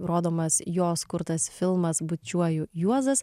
rodomas jos kurtas filmas bučiuoju juozas